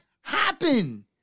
happen